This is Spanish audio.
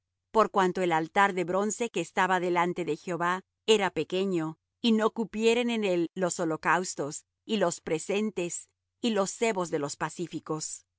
por cuanto el altar de bronce que estaba delante de jehová era pequeño y no cupieran en él los holocaustos y los presentes y los sebos de los pacíficos